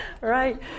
right